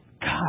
God